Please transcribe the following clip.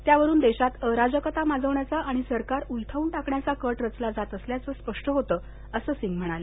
त्यावरून देशात अराजकता माजवण्याचा आणि सरकार उलथवून टाकण्याचा कट रचला जात असल्याचं स्पष्ट होतं असं सिंग म्हणाले